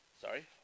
Sorry